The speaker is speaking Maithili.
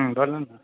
हूँ बोलू